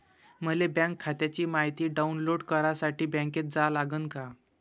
मले बँक खात्याची मायती डाऊनलोड करासाठी बँकेत जा लागन का?